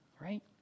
Right